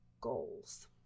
goals